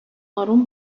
آروم